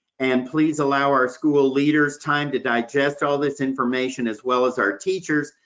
and please allow our school leaders time to digest all this information, as well as our teachers,